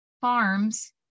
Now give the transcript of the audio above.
farms